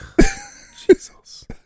Jesus